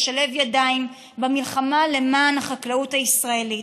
לשלב ידיים במלחמה למען החקלאות הישראלית.